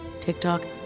TikTok